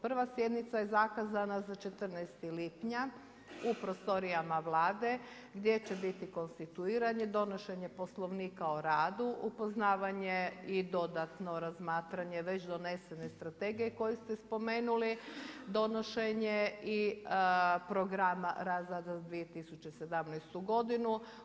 Prva sjednica je zakazana za 14. lipnja u prostorijama Vlade gdje će biti konstituiranje, donošenje Poslovnika o radu, upoznavanje i dodatno razmatranje već donesene strategije koju ste spomenuli, donošenje i programa razvoja za 2017. godinu.